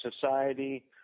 society